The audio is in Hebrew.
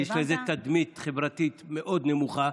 כי יש לזה תדמית חברתית מאוד נמוכה,